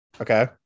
Okay